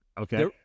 Okay